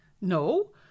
No